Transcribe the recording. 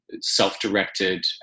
self-directed